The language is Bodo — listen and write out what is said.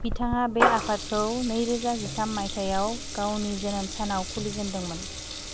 बिथाङा बे आफादखौ नैरोजा जिथाम माइथायाव गावनि जोनोम सानाव खुलिजेनदोंमोन